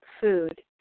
food